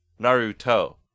naruto